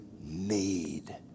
need